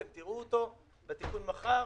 אתם תראו אותו בתיקון מחר,